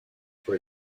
for